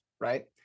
right